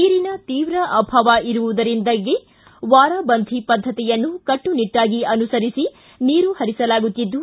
ನೀರಿನ ತೀವ್ರ ಅಭಾವ ಇರುದರಿಂದಾಗಿ ವಾರಾಬಂಧಿ ಪದ್ಧತಿಯನ್ನು ಕಟ್ಟು ನಿಟ್ಟಾಗಿ ಅನುಸರಿಸಿ ನೀರು ಪರಿಸಲಾಗುತ್ತಿದ್ದು